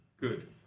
Good